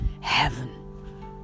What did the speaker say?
Heaven